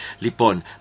Lipon